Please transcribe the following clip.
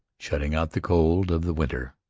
shutting out the cold of the winter,